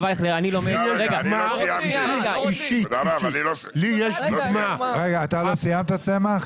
לא סיימתי את דבריי.